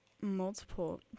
multiple